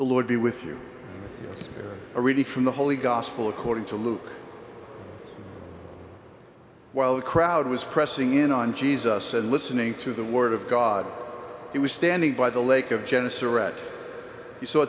the lord be with you are really from the holy gospel according to luke while the crowd was pressing in on jesus and listening to the word of god he was standing by the lake o